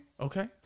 Okay